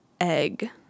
egg